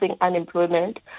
unemployment